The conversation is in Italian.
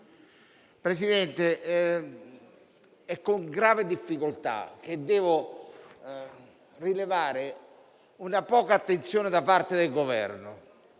Presidente, è con grave difficoltà che devo rilevare la scarsa attenzione da parte del Governo.